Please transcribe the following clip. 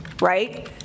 right